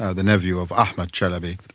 ah the nephew of ahmed chalabi.